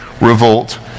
revolt